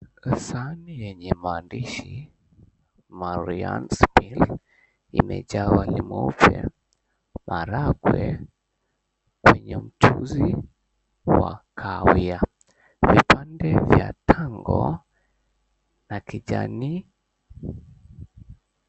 Sahani yenye maandishi Maarians Meals, imejaa wali mweupe, maharagwe kwenye mchuzi wa kahawia, vipande vya tango na kijani...